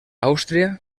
àustria